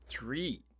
Three